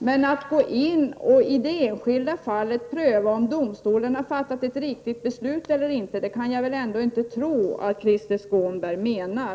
Jag kan väl ändå inte tro att Krister Skånberg menar att man skall gå in i det enskilda fallet och pröva om domstolen har fattat ett riktigt beslut!